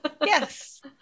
Yes